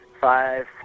Five